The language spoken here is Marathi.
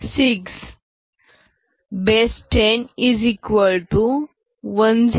23